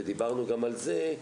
ודיברנו גם על זה,